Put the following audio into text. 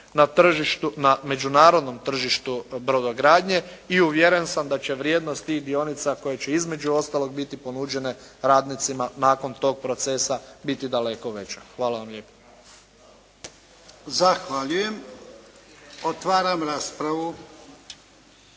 na međunarodnom tržištu brodogradnje i uvjeren sam da će vrijednost tih dionica koje će između ostalog biti ponuđene radnicima nakon tog procesa biti daleko veća. Hvala vam lijepo. **Jarnjak, Ivan (HDZ)**